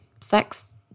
sex